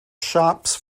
shops